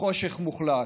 בחושך מוחלט.